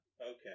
okay